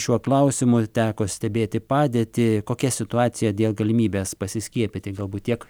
šiuo klausimu teko stebėti padėtį kokia situacija dėl galimybės pasiskiepyti galbūt tiek